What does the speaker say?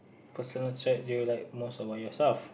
personal trait do you like most about yourself